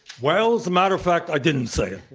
well, as a matter of fact, i didn't say.